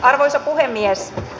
arvoisa puhemies